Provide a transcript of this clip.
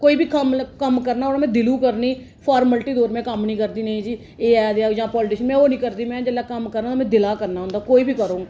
कोई बी कम्म लग कम्म करना ओए में दिला करनी फार्मैलटी तौर में कम्म नी करदी नेईं जी एह् ऐ जे जां पोलिटिशन में ओह् नी करदी मैं जेल्लै कम्म करां में दिला दा करना होंदा कोई बी करङ